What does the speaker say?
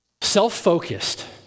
Self-focused